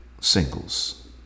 singles